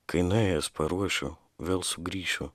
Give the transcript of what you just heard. kai nuėjęs paruošiu vėl sugrįšiu